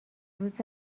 روز